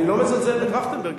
אני לא מזלזל בטרכטנברג.